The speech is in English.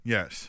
Yes